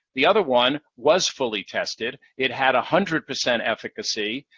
the other one was fully tested. it had a hundred percent efficacy.